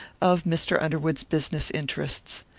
of mr. underwood's business interests.